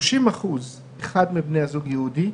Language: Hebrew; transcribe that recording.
אצל 30 אחוזים מהזוגות, אחד מבני הזוג יהודי,